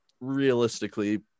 realistically